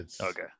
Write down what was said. Okay